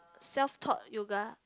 self taught yoga